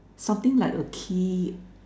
something like a key